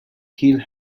hear